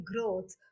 growth